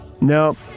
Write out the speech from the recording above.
No